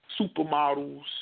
supermodels